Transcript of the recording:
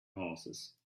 horses